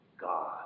God